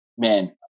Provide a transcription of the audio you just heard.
man